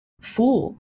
Fool